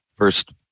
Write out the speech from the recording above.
first